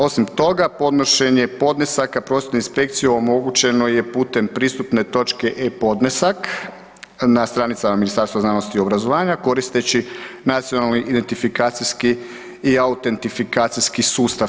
Osim toga, podnošenje podnesaka prosvjetnoj inspekciji omogućeno je putem pristupne točke e-podnesak na stranicama Ministarstva znanosti i obrazovanja koristeći nacionalni identifikacijski i autentifikacijski sustav.